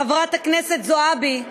חברת הכנסת זועבי,